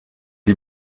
die